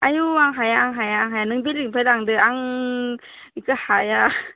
आयौ आं हाया आं हाया नों बेलेगनिफ्राय लांदो आं बेखौ हाया